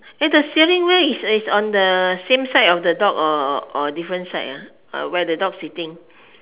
eh the ceiling leh is on the same side of the dog or or different side ah where the dog sitting